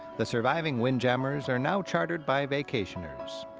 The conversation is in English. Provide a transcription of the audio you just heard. the surviving windjammers are now chartered by vacationers,